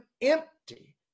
empty